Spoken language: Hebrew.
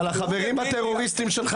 אבל החברים הטרוריסטים שלך